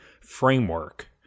framework